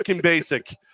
basic